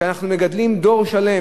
ואנחנו מגדלים דור שלם,